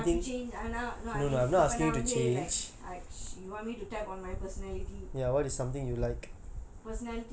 I have to change no I mean ந நான் வந்து:na naan vanthu like she you want me to tap on my personality